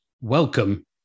Welcome